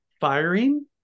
firing